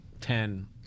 ten